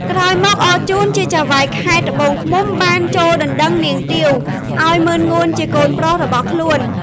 ក្រោយមកអរជូនជាចៅហ្វាយខេត្តត្បូងឃ្មុំបានចួលដណ្តឹងនាងទាវ ឲ្យម៉ឺនងួនជាកូនប្រុសរបស់ខ្លួន ។